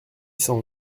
s’en